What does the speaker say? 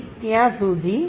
તમે ત્રણ બોક્સ બનાવો